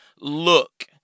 look